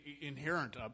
inherent